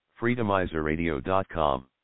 Freedomizerradio.com